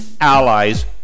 allies